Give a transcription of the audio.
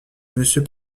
monsieur